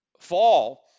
Fall